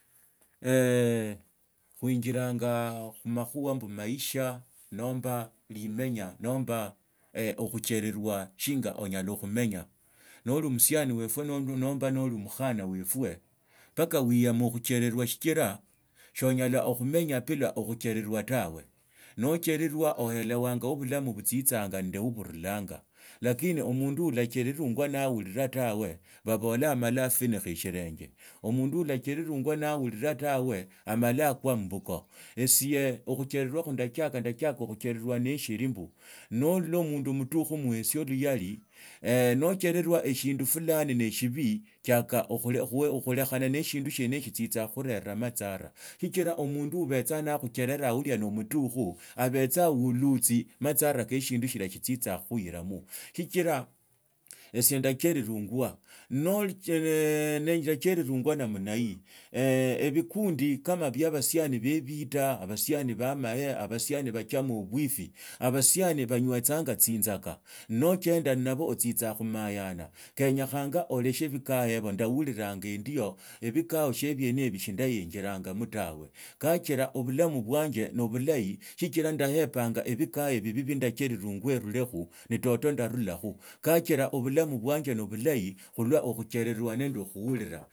huinjilanga khumakhuha mbu amaisha nomba limanya nomba okhucharerwa shinya onyala khumenya noli omusiani wafu nomba noli omukhona warwe mpaka wiyame khucharerwa shikira soonyala okhumanya bila okhu chererwa tawa nochererwa ohelawanga ho bulamu butatsanga nende wo bururanga lakini omundu ulacherarungwa na huriraa tawe babolaa amola orunisha esilenje omundu ulacherarungwa olahuriraa tawe amala akwa mbuko esie okhuchererwa kwa ndachiaka khusherera nishiri mbu nolola omundu mutuchu muhasia liyali no chererwa eshindu fulani ne namna hii ebikundi kama bia abasiani be ebita abasiani bachoma obwifi abasiani banywetsaka tsinzaka nochanda nnabo otsitsanga khumayani kanyekhanga oleshi kikaya ibio ndahorilanga endio ebikao shia biena eshio shindaenjoramo tawe kachira obulamu bwanje nobulahi sichira nda hepanga ebikhaya bibii bio cladachararungwa endurekho ne toto ndarulakho kachira obulamu bwanje nobulahi khulwa okhuchererwa nende okhulirwa.